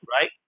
right